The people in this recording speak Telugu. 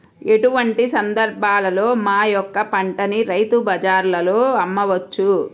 ఎటువంటి సందర్బాలలో మా యొక్క పంటని రైతు బజార్లలో అమ్మవచ్చు?